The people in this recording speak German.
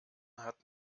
hat